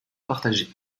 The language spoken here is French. partagées